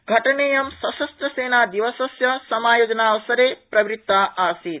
घटनेयं संशस्त्रसेनादिवसस्य समायोजनावसरे प्रवृता आसीत